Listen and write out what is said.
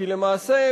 כי למעשה,